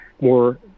more